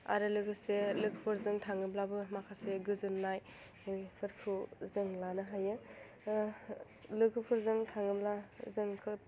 आरो लोगोसे लोगोफोरजों थाङोब्लाबो माखासे गोजोन्नाय बेफोरखौ जों लानो हायो लोगोफोरजों थाङोब्ला जों खोब